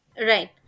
Right